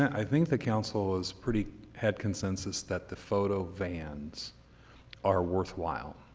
i think the council is pretty had consensus that the photo vans are worthwhile.